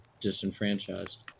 disenfranchised